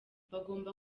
bagomba